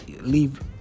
leave